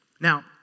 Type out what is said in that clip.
Now